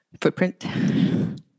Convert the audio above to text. Footprint